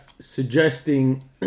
suggesting